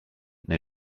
neu